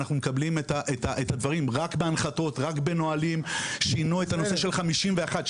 אנחנו מקבלים את הדברים רק בנהלים; שינו את הנושא של 51-63